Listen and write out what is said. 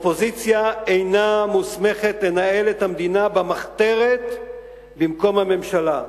אופוזיציה אינה מוסמכת לנהל את המדינה במחתרת במקום הממשלה.